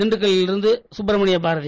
திண்டுக்கல்லிலிருந்துசுப்பிரமணியபாரதி